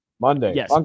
Monday